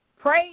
Pray